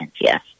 yes